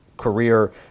Career